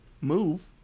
move